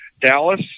Dallas